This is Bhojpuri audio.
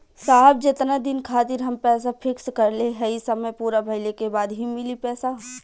साहब जेतना दिन खातिर हम पैसा फिक्स करले हई समय पूरा भइले के बाद ही मिली पैसा?